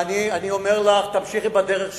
ואני אומר לך: תמשיכי בדרך שלך,